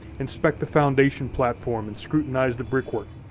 inspect the foundation platform and scrutinize the brick work.